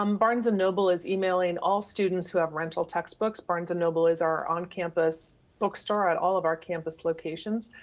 um barnes and noble is emailing all students who have rental textbooks. barnes and noble is our on-campus bookstore at all of our campus locations.